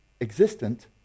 existent